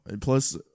Plus